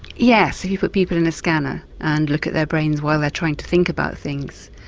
yes, you put people in a scanner and look at their brains while they are trying to think about things.